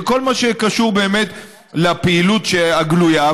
בכל מה שקשור באמת לפעילות הגלויה,